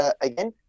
Again